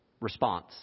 response